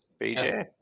BJ